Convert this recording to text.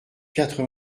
quatre